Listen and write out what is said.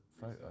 photo